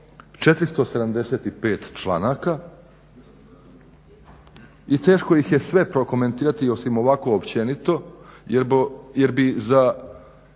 475 članaka i teško ih je sve prokomentirati osim ovako općenito jer bi za